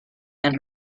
and